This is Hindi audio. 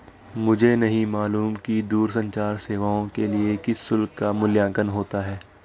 मुझे नहीं मालूम कि दूरसंचार सेवाओं के लिए किस शुल्क का मूल्यांकन होता है?